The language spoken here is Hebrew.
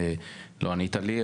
לא ענית לי,